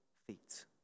feet